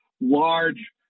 large